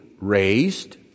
raised